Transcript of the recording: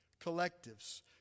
collectives